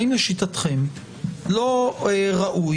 האם לשיטתכם לא ראוי,